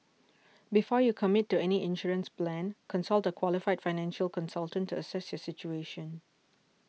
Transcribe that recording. before you commit to any insurance plan consult a qualified financial consultant to assess your situation